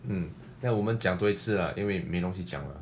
mmhmm then 我们讲多一次啊因为没有东西讲吗